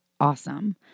awesome